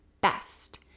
best